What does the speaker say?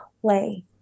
play